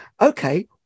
okay